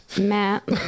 Matt